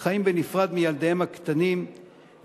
החיים בנפרד מילדיהם הקטנים,